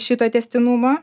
šito tęstinumo